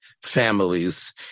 families